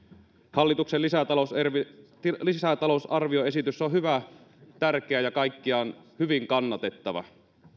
hallituksen lisätalousarvioesitys on hyvä tärkeä ja kaikkiaan hyvin kannatettava